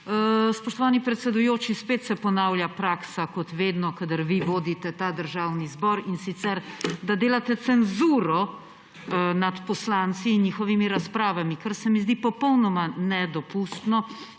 Spoštovani predsedujoči, spet se ponavlja praksa, kot vedno, kadar vi vodite ta državni zbor, in sicer, da delate cenzuro nad poslanci in njihovimi razpravami, kar se mi zdi popolnoma nedopustno.